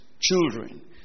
children